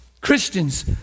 Christians